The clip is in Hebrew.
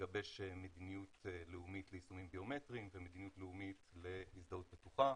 לגבש מדיניות לאומית ליישומים ביומטריים ומדיניות לאומית להזדהות בטוחה,